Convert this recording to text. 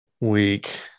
week